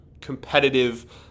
competitive